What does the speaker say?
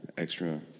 Extra